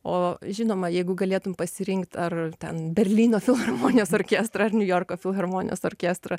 o žinoma jeigu galėtum pasirinkt ar ten berlyno filharmonijos orkestrą ar niujorko filharmonijos orkestrą